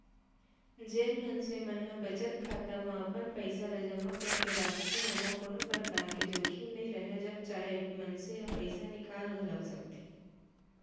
जेन मनसे मन ह बचत खाता म अपन पइसा ल जमा करके राखथे ओमा कोनो परकार के जोखिम नइ राहय जब चाहे मनसे ह पइसा निकाल घलौक सकथे